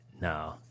No